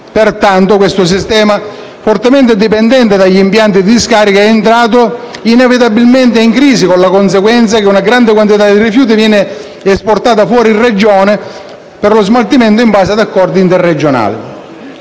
Pertanto, questo sistema fortemente dipendente dagli impianti di discarica è entrato inevitabilmente in crisi, con la conseguenza che una grande quantità di rifiuti viene esportata fuori Regione per lo smaltimento in base ad accordi interregionali.